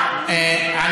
שטייניץ שאני מחבב,